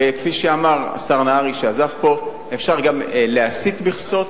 וכפי שאמר השר נהרי, שעזב, אפשר גם להסיט מכסות.